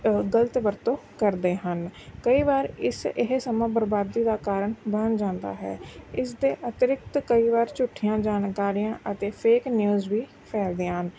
ਗਲਤ ਵਰਤੋਂ ਕਰਦੇ ਹਨ ਕਈ ਵਾਰ ਇਸ ਇਹ ਸਮਾਂ ਬਰਬਾਦੀ ਦਾ ਕਾਰਨ ਬਣ ਜਾਂਦਾ ਹੈ ਇਸ ਦੇ ਅਤਿਰਿਕਤ ਕਈ ਵਾਰ ਝੂਠੀਆਂ ਜਾਣਕਾਰੀਆਂ ਅਤੇ ਫੇਕ ਨਿਊਜ਼ ਵੀ ਫੈਲਦੀਆਂ ਹਨ